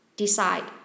decide